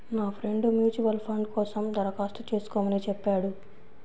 నా friend mutual fund కోసం దరఖాస్తు చేస్కోమని చెప్పాడు